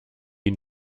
une